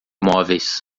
móveis